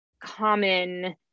common